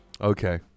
Okay